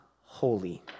holy